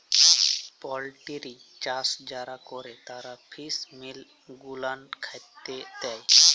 poultry চাষ যারা ক্যরে তারা ফিস মিল গুলান খ্যাতে দেই